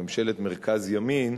ממשלת מרכז ימין,